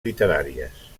literàries